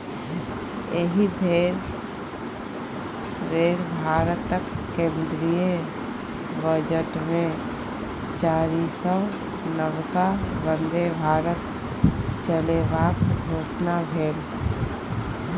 एहि बेर भारतक केंद्रीय बजटमे चारिसौ नबका बन्दे भारत चलेबाक घोषणा भेल